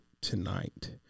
tonight